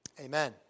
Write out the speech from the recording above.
Amen